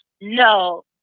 No